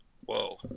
Whoa